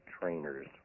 trainers